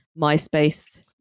MySpace